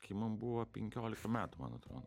kai man buvo penkiolika metų man atrodo